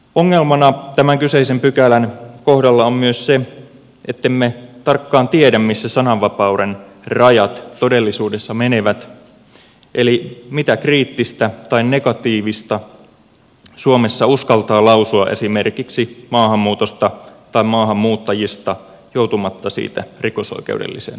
ongelmana tämän kyseisen pykälän kohdalla on myös se ettemme tarkkaan tiedä missä sananvapauden rajat todellisuudessa menevät eli mitä kriittistä tai negatiivista suomessa uskaltaa lausua esimerkiksi maahanmuutosta tai maahanmuuttajista joutumatta siitä rikosoikeudelliseen vastuuseen